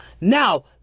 now